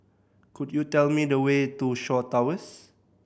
could you tell me the way to Shaw Towers